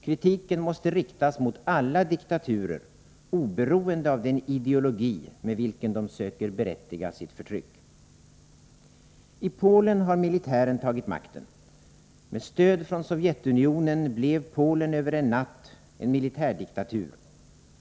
Kritiken måste riktas mot alla diktaturer, oberoende av den ideologi med vilken de söker berättiga sitt förtryck. I Polen har militären tagit makten. Med stöd från Sovjetunionen blev Polen över en natt en militärdiktatur.